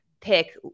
pick